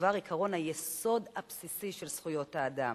בדבר עקרון היסוד הבסיסי של זכויות האדם.